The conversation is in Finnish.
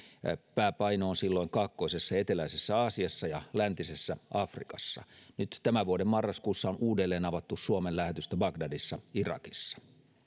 pääpaino on silloin kaakkoisessa ja eteläisessä aasiassa ja läntisessä afrikassa nyt tämän vuoden marraskuussa on uudelleen avattu suomen lähetystö bagdadissa irakissa